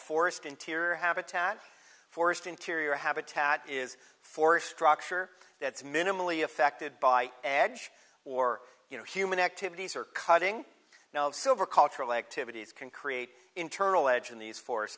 forest interior habitat forest interior habitat is force structure that's minimally affected by edge or you know human activities are cutting now and silver cultural activities can create internal edge in these force